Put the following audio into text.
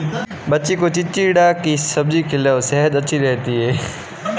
बच्ची को चिचिण्डा की सब्जी खिलाओ, सेहद अच्छी रहती है